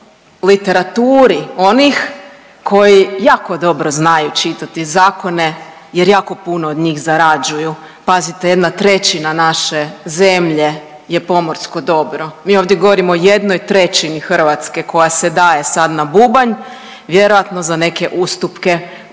u literaturi onih koji jako dobro znaju čitati zakone jer jako puno od njih zarađuju. Pazite 1/3 naše zemlje je pomorsko dobro, mi ovdje govorimo o 1/3 Hrvatske koja se daje sad na bubanj vjerojatno za neke ustupke o